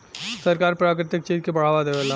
सरकार प्राकृतिक चीज के बढ़ावा देवेला